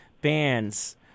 bands